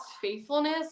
faithfulness